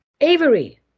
Avery